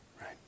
Right